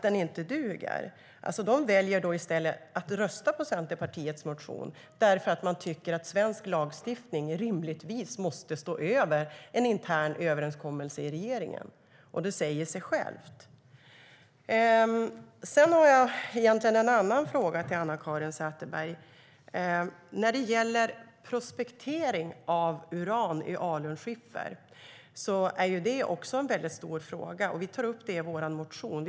Den duger inte. De väljer i stället att rösta på Centerpartiets motion därför att de tycker att svensk lagstiftning rimligtvis måste stå över en intern överenskommelse i regeringen. Det säger sig självt. Jag har egentligen en annan fråga till Anna-Caren Sätherberg. Prospektering av uran i alunskiffer är en stor fråga. Vi tar upp frågan i vår motion.